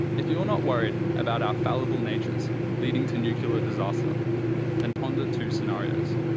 if you're not worried about our fallible natures leading to nuclear disaster then ponder two scenarios.